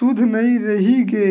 सुद्ध नइ रहि गे